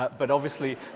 but but obviously,